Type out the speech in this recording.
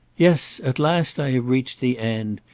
yes! at last i have reached the end!